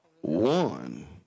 One